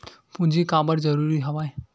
पूंजी काबर जरूरी हवय?